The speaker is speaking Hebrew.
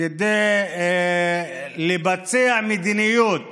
כדי לבצע מדיניות